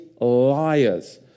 liars